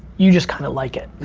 you just kind of like it.